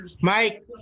Mike